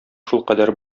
шулкадәр